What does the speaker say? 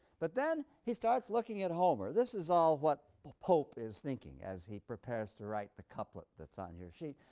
but then he starts looking at homer this is all what pope is thinking as he prepares to write the couplet that's on your sheet.